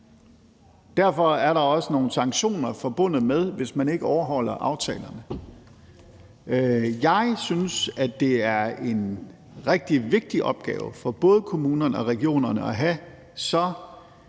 Derfor er der også nogle sanktioner forbundet med det, hvis man ikke overholder aftalerne. Jeg synes, at det er en rigtig vigtig opgave for både kommunerne og regionerne at have så